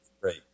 great